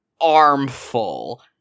armful